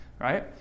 Right